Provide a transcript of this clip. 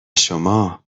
شما